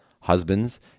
Husbands